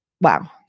wow